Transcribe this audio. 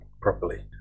properly